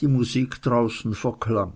die musik draußen verklang